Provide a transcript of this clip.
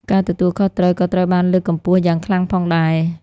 ការទទួលខុសត្រូវក៏ត្រូវបានលើកកម្ពស់យ៉ាងខ្លាំងផងដែរ។